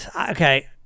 Okay